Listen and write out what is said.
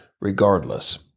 regardless